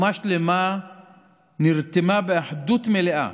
אומה שלמה נרתמה באחדות מלאה